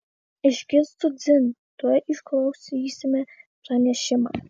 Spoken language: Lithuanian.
išgirstu dzin tuoj išklausysime pranešimą